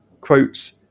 quotes